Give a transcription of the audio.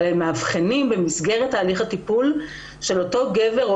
אבל הם מאבחנים במסגרת הליך הטיפול של אותו גבר או